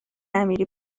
نمیری